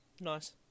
Nice